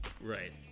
Right